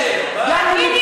הקשר?